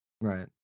right